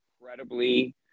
incredibly